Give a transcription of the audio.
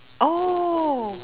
oh